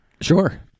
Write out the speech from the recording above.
Sure